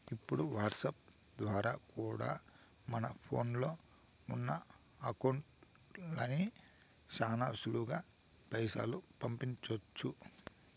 ఇప్పుడు వాట్సాప్ ద్వారా కూడా మన ఫోన్లో ఉన్నా కాంటాక్ట్స్ లకి శానా సులువుగా పైసలు పంపించొచ్చు